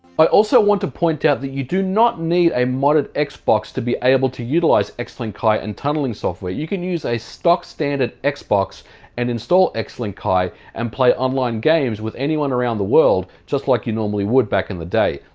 i also want to point out that you do not need a modded xbox xbox to be able to utilize xlink kai and tunneling software. you can use a stock standard xbox and install xlink kai, and play online games with anyone around the world, just like you normally would, back in the day.